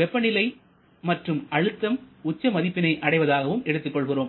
வெப்பநிலை மற்றும் அழுத்தம் உச்ச மதிப்பினை அடைவதாகவும் எடுத்துக் கொள்கிறோம்